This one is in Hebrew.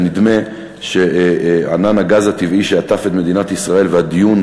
ונדמה שענן הגז הטבעי שעטף את ישראל והדיון